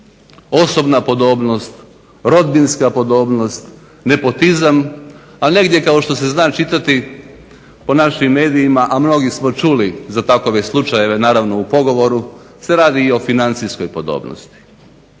Osobna podobnost, rodbinska podobnost, nepotizam, a negdje kao što se zna čitati po našim medijima, a mnogi smo čuli za takve slučajeve naravno u pogovoru se radi i o financijskoj podobnosti.